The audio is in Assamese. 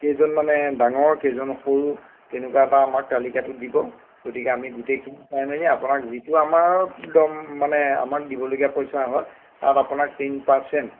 কেইজন মানে ডাঙৰ কেইজন সৰু তেনেকুৱা এটা আমাক তালিকাটো দিব গতিকে আমি গোটেইখিনি চাই মেলি আপোনাক যিটো আমাৰ দম মানে আমাক দিবলগীয়া পইচা হয় তাত আপোনাক টেন পাৰ্চেণ্ট